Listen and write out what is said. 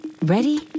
Ready